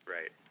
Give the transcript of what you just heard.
Right